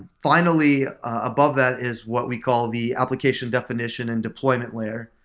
finally, above that is what we call the application definition and deployment layer.